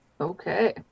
Okay